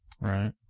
Right